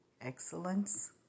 excellence